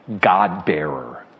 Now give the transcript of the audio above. God-bearer